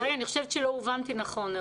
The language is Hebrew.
רגע, אי חושבת שלא הובנתי נכון.